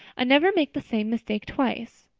i never make the same mistake twice.